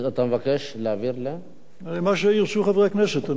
אתה מבקש להעביר, מה שירצו חברי הכנסת.